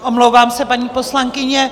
Omlouvám se, paní poslankyně.